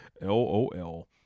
LOL